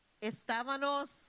estábamos